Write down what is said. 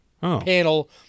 panel